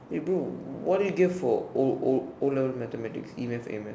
eh bro what did you get for o o o-levels mathematics E-math a-math